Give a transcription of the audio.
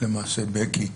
למעשה בקי,